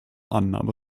annahme